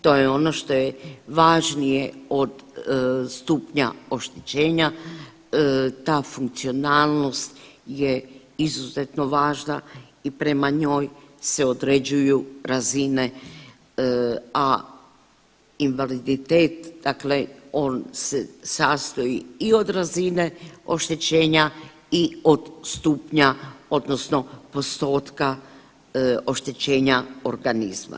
To je ono što je važnije od stupnja oštećenja ta funkcionalnost je izuzetno važna i prema njoj se određuju razine, a invaliditete dakle on se sastoji i od razine oštećenja i od stupnja odnosno postotka oštećenja organizma.